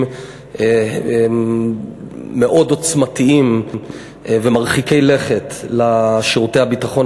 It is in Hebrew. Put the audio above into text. מאוד עוצמתיים ומרחיקי לכת לשירותי הביטחון,